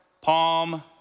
Palm